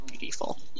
beautiful